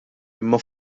imma